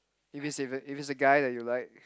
if it's if it's a guy that you like